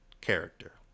character